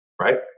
right